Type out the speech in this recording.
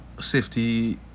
safety